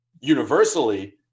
universally